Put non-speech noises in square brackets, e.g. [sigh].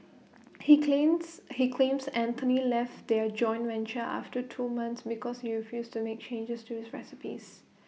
[noise] he claims he claims Anthony left their joint venture after two months because you refused to make changes to his recipes